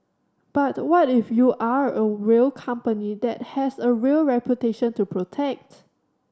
but what if you are a real company that has a real reputation to protect